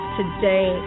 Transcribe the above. today